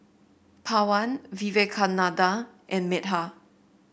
Pawan Vivekananda and Medha